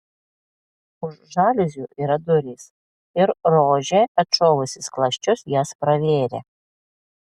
už žaliuzių yra durys ir rožė atšovusi skląsčius jas pravėrė